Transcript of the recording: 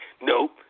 nope